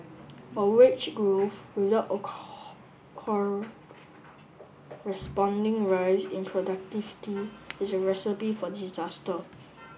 but wage growth without a corresponding rise in productivity is a recipe for disaster